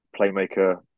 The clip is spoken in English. playmaker